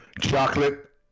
Chocolate